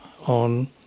on